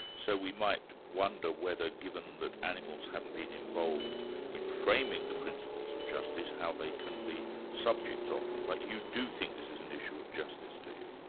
so we might wonder whether, given that animals haven't been involved in framing the principles of justice, how they can be subjects of them. but you do think this is an issue of justice, do you?